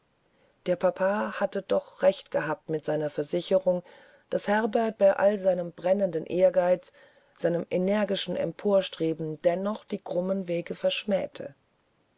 der papa hatte doch recht gehabt mit seiner versicherung daß herbert bei all seinem brennenden ehrgeiz seinem energischen emporstreben dennoch die krummen wege verschmähe